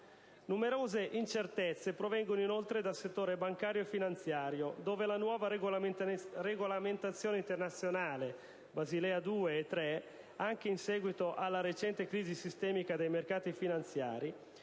Numerose incertezze provengono inoltre dal settore bancario e finanziario, dove la nuova regolamentazione internazionale dettata da Basilea 2 e 3, anche in seguito alla recente crisi sistemica dei mercati finanziari,